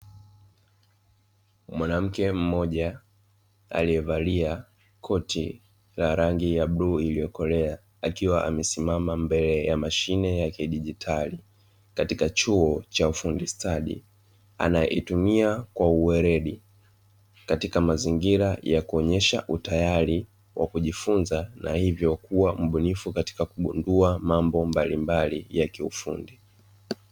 Mwanamke mmoja aliyevalia koti la rangi ya bluu iliyokolea akiwa amesimama mbele ya mashine ya kidijitali katika chuo cha ufundi stadi, anaitumia kwa uweledi katika mazingira ya kuonyesha utayari wa kujifunza na hivyo kuwe mbunifu katika kugundua mambo mbalimbali ya kiufundi.